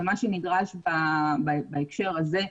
ומה שנדרש בהקשר הזה,